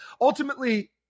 ultimately –